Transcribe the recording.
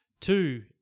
Two